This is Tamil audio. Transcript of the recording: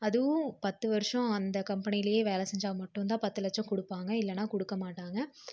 அதுவும் பத்து வருஷம் அந்த கம்பெனியிலேயே வேலை செஞ்சால் மட்டும்தான் பத்து லட்சம் கொடுப்பாங்க இல்லைன்னா கொடுக்க மாட்டாங்க